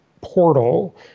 portal